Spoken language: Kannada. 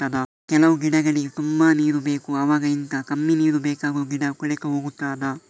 ಕೆಲವು ಗಿಡಗಳಿಗೆ ತುಂಬಾ ನೀರು ಬೇಕು ಅವಾಗ ಎಂತ, ಕಮ್ಮಿ ನೀರು ಬೇಕಾಗುವ ಗಿಡ ಕೊಳೆತು ಹೋಗುತ್ತದಾ?